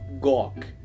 gawk